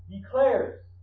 declares